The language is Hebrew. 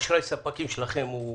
אשראי הספקים שלכם הוא